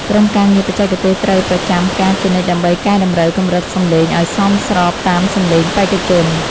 ក្រុមការងារបច្ចេកទេសត្រូវប្រចាំការជានិច្ចដើម្បីកែតម្រូវកម្រិតសម្លេងឱ្យសមស្របតាមសម្លេងបេក្ខជន។